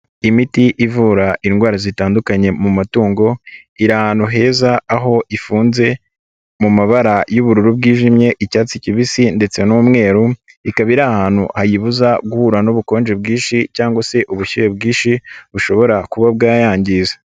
Imiti ivura indwara zitandukanye mu matungo, iri ahantu heza, aho ifunze mu mabara y'ubururu bwijimye, icyatsi kibisi ndetse n'umweru, ikaba iri ahantu hayibuza guhura n'ubukonje bwinshi cyangwa se ubushyuhe bwinshi, bushobora kuba bwayangiza.